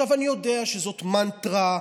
אני יודע שזאת מנטרה,